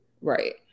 right